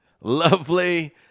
lovely